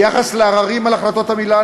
ביחס לעררים על החלטות המינהל,